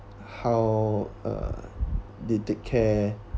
how uh they take care